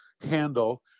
handle